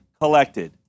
collected